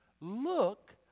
Look